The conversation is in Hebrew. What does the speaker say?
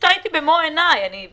ראיתי במו עיני את זה.